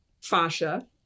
fascia